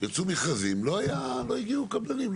יצאו מכרזים ולא הגיעו קבלנים.